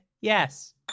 yes